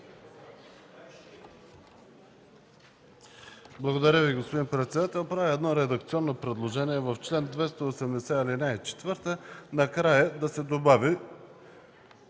Благодаря, господин председател. Правя едно редакционно предложение – в чл. 280, ал. 4 накрая да се добави